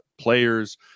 players